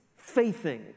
faithing